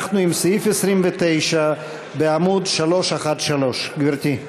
אנחנו עם סעיף 29 בעמוד 313, גברתי.